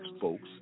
folks